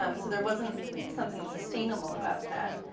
um so there wasn't something sustainable about that.